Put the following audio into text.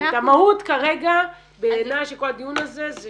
בעיניי המהות כרגע של כל הדיון הזה זה